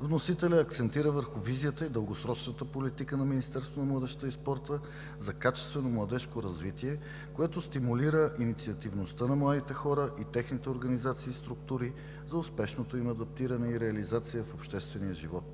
вносителят акцентира върху Визията и дългосрочната политика на Министерството на младежта и спорта за качествено младежко развитие, което стимулира инициативността на младите хора и техните организации и структури за успешното им адаптиране и реализация в обществения живот.